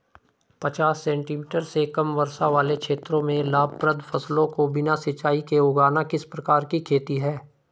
पचास सेंटीमीटर से कम वर्षा वाले क्षेत्रों में लाभप्रद फसलों को बिना सिंचाई के उगाना किस प्रकार की खेती है?